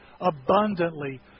abundantly